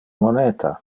moneta